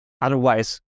otherwise